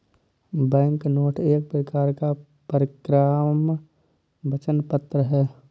banknote एक प्रकार का परक्राम्य वचन पत्र है